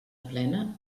plena